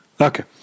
Okay